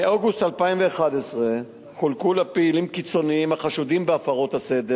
מאוגוסט 2011 חולקו לפעילים קיצוניים החשודים בהפרות הסדר